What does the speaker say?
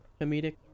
comedic